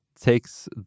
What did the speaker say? takes